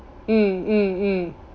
mm mm mm